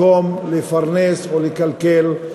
מקום לפרנס או לכלכל.